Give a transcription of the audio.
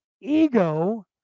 ego